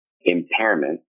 impairment